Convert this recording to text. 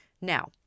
now